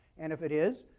and if it is,